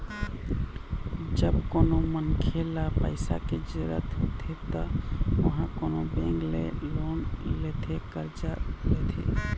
जब कोनो मनखे ल पइसा के जरुरत होथे त ओहा कोनो बेंक ले लोन लेथे करजा लेथे